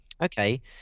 okay